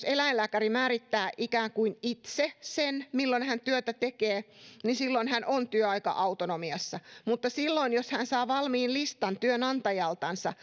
eläinlääkäri määrittää ikään kuin itse sen milloin hän työtä tekee silloin hän on työaika autonomiassa mutta silloin jos hän saa valmiin listan työnantajaltansa